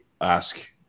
ask